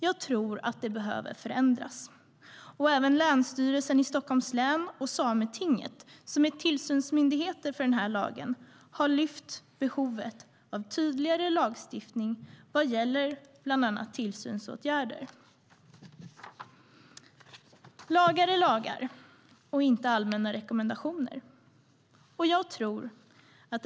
Jag tror att det behöver förändras. Även Länsstyrelsen i Stockholms län och Sametinget, som är tillsynsmyndigheter för lagen, har lyft fram behovet av tydligare lagstiftning vad gäller bland annat tillsynsåtgärder. Lagar är lagar och inte allmänna rekommendationer.